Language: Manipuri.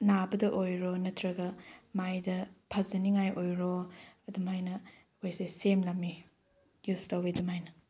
ꯅꯥꯕꯗ ꯑꯣꯏꯔꯣ ꯅꯠꯇ꯭ꯔꯒ ꯃꯥꯏꯗ ꯐꯖꯅꯤꯡꯉꯥꯏ ꯑꯣꯏꯔꯣ ꯑꯗꯨꯃꯥꯏꯅ ꯑꯩꯈꯣꯏꯁꯦ ꯁꯦꯝꯂꯝꯃꯤ ꯌꯨꯁ ꯇꯧꯏ ꯑꯗꯨꯃꯥꯏꯅ